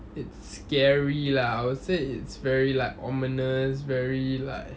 it's scary lah I would say it's very like ominous very like